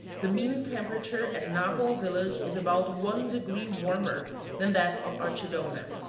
the mean temperature at napo village is about one degree warmer than that of archidona.